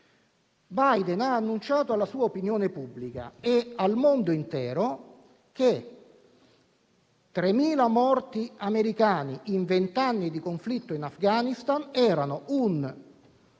Biden ha annunciato alla sua opinione pubblica e al mondo intero che 3.000 morti americani in vent'anni di conflitto in Afghanistan erano un